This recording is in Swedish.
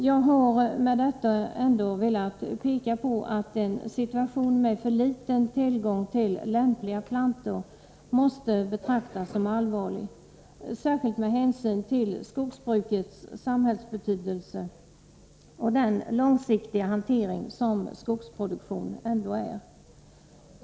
Jag har med detta velat visa att en situation med för liten tillgång till lämpliga plantor måste betraktas som allvarlig, särskilt med hänsyn till skogsbrukets samhällsbetydelse och den långsiktiga hantering som skogsproduktion är.